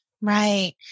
Right